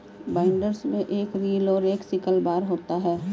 binders में एक reel और एक सिकल बार होता है